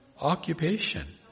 occupation